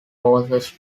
horses